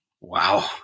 Wow